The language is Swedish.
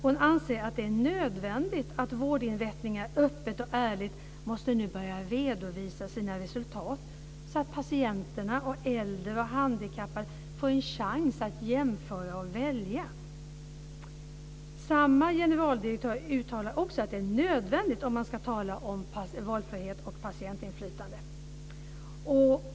Hon anser att det är nödvändigt att vårdinrättningar öppet och ärligt nu måste börja redovisa sina resultat så att patienter, äldre och handikappade får en chans att jämföra och välja. Samma generaldirektör uttalar också att detta är nödvändigt, om man ska tala om valfrihet och patientinflytande.